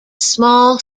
small